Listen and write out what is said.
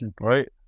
right